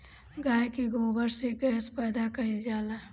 गाय के गोबर से गैस पैदा कइल जाला